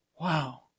Wow